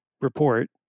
report